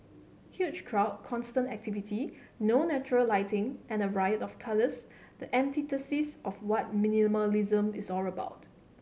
huge crowd constant activity no natural lighting and a riot of colours the antithesis of what minimalism is all about